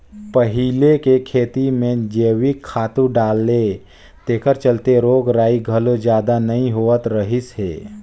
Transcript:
पहिले के खेती में जइविक खातू डाले तेखर चलते रोग रगई घलो जादा नइ होत रहिस हे